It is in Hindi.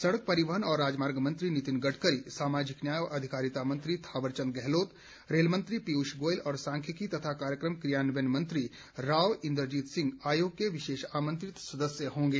सड़क परिवहन और राजमार्ग मंत्री नितिन गड़करी सामाजिक न्याय और अधिकारिता मंत्री थावर चंद गहलोत रेल मंत्री पीयूष गोयल और सांख्यिकी तथा कार्यक्रम क्रियान्वयन मंत्री राव इंदरजीत सिंह आयोग के विशेष आमंत्रित सदस्य होंगे